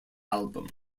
album